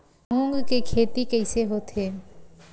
मूंग के खेती कइसे होथे?